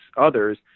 others